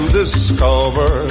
discover